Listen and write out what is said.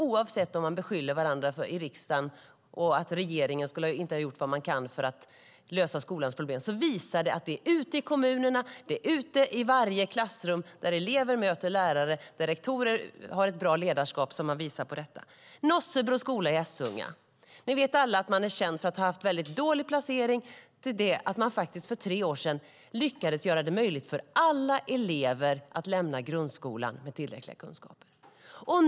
Oavsett vad man beskyller varandra i riksdagen för och vad man säger om att regeringen inte skulle ha gjort vad den kan för att lösa skolans problem visar detta att det är ute i kommunerna och ute i varje klassrum där elever möter lärare och där rektorer har ett bra ledarskap som det går. Ni vet alla att Nossebro skola i Essunga är känd för att man har haft en dålig placering och för att man för tre år sedan lyckades göra det möjligt för alla elever att lämna grundskolan med tillräckliga kunskaper.